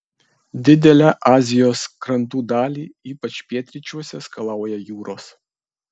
didelę azijos krantų dalį ypač pietryčiuose skalauja jūros